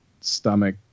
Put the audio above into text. stomach